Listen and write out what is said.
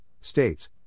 states